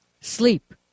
sleep